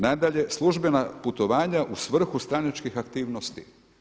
Nadalje, službena putovanja u svrhu stranačkih aktivnosti.